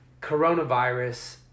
coronavirus